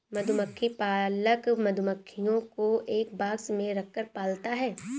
मधुमक्खी पालक मधुमक्खियों को एक बॉक्स में रखकर पालता है